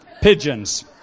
Pigeons